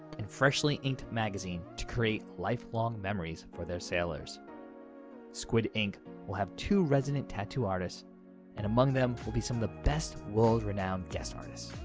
and freshly inked magazine to create lifelong memories for their sailor s squid ink will have two resident tattoo artists and among them will be some of the best world-renowned guest artists.